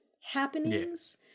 happenings